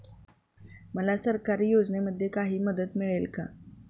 मला सरकारी योजनेमध्ये काही मदत मिळेल का?